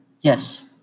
Yes